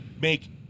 make